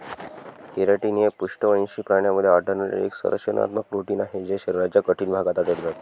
keratin हे पृष्ठवंशी प्राण्यांमध्ये आढळणारे एक संरचनात्मक प्रोटीन आहे जे शरीराच्या कठीण भागात आढळतात